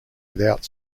without